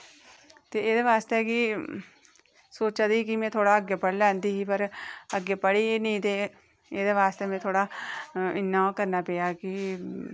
ते एह्दे आस्तै कि सोचा दी ही कि में अग्गै पढ़ी लैंदी ही पर अग्गें में पढ़ी निं ते ओह्दे आस्तै में इन्ना ओह् करना पेआ कि